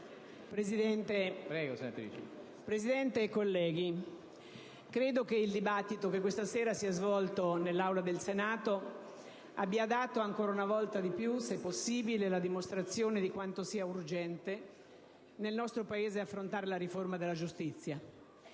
Presidente e colleghi, credo che il dibattito che questa sera si è svolto nell'Aula del Senato abbia dato una volta di più, se possibile, la dimostrazione di quanto sia urgente nel nostro Paese affrontare la riforma della giustizia.